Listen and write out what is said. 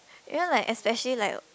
ya like especially like